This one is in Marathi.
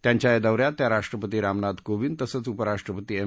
त्यांच्या या दौ यात त्या राष्ट्रपती रामनाथ कोविंद तसंच उपराष्ट्रपती एम